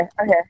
Okay